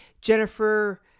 Jennifer